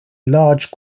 large